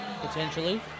Potentially